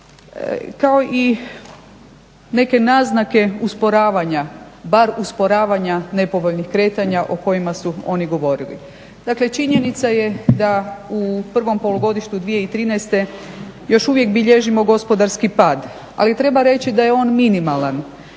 kao i neke naznake bar usporavanja nepovoljnih kretanja o kojima su oni govorili. Dakle, činjenica je da u prvom polugodištu 2013. još uvijek bilježimo gospodarski pad, ali treba reći da je on minimalan